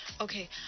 Okay